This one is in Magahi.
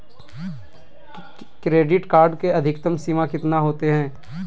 क्रेडिट कार्ड के अधिकतम सीमा कितना होते?